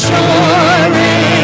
Sure